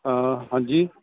ਹਾਂਜੀ